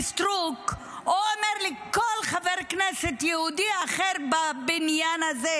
או אומר לסטרוק או אומר לכל חבר כנסת יהודי אחר בבניין הזה: